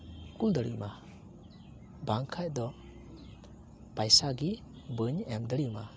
ᱠᱩᱞ ᱫᱟᱲᱮ ᱟᱢᱟ ᱵᱟᱝᱠᱷᱟᱱ ᱫᱚ ᱵᱟᱝᱠᱷᱟᱱ ᱫᱚ ᱯᱚᱭᱥᱟᱜᱮ ᱵᱟᱹᱧ ᱮᱢ ᱫᱟᱲᱮ ᱟᱢᱟ